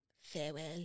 Farewell